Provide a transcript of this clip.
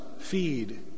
feed